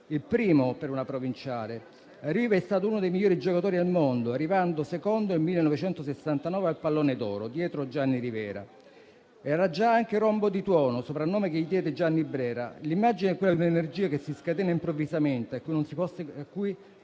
il primo per una provinciale. Riva è stato uno dei migliori giocatori al mondo, arrivando secondo nel 1969 al Pallone d'oro, dietro Gianni Rivera. Era già anche "rombo di tuono", soprannome che gli diede Gianni Brera. L'immagine è quella di un'energia che si scatena improvvisamente, «a cui non può